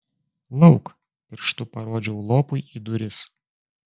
lauk pirštu parodžiau lopui į duris